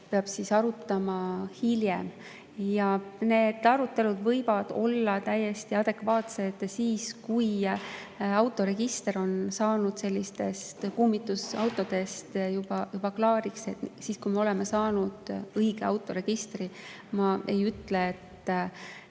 peab arutama hiljem. Ja need arutelud võivad olla täiesti adekvaatsed siis, kui autoregister on saanud kummitusautodest juba klaariks ja me oleme saanud õige autoregistri. Ma ei ütle, et